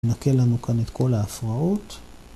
נקה לנו כאן את כל ההפרעות.